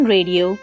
Radio